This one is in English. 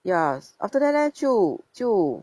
ya after that leh 就就